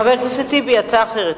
חבר הכנסת טיבי, הצעה אחרת.